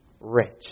rich